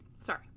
Sorry